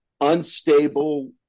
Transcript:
unstable